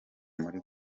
muri